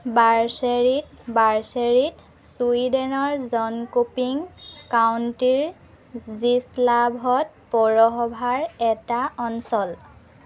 বাৰ্ছেৰিড Barsered চুইডেনৰ Jonkoping কাউণ্টিৰ জিছলাভত পৌৰসভাৰ এটা অঞ্চল